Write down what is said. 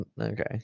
Okay